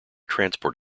transport